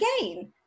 again